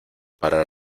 para